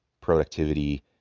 productivity